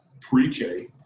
pre-K